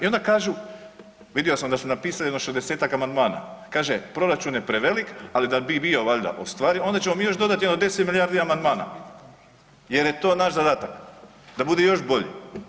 I onda kažu vidio sam da su napisali jedno 60-tak amandmana, kaže proračun je prevelik ali da bi bio valjda ostvariv onda ćemo mi još dodati jedno 10 milijardi amandmana jer je to naš zadatak da bude još bolji.